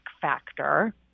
factor